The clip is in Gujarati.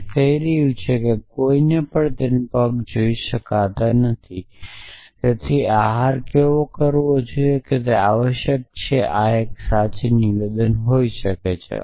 આ કહી રહ્યું છે કે કોઈને પણ તેમના પગ જોઈ શકતા નથી તેઓએ આહાર કરવો જોઈએ તે આવશ્યક છે આ એક સાચી નિવેદન હોઈ શકે છે